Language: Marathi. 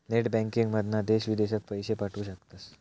नेट बँकिंगमधना देश विदेशात पैशे पाठवू शकतास